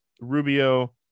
Rubio